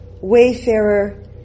wayfarer